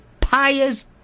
pious